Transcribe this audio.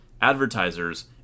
advertisers